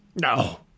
no